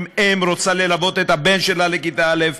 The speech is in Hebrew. אִם אֵם רוצה ללוות את הבן שלה לכיתה א',